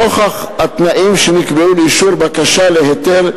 נוכח התנאים שנקבעו לאישור בקשה להיתר,